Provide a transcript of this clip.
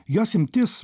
jos imtis